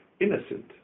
innocent